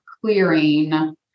clearing